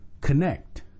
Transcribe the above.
connect